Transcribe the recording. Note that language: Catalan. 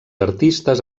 artistes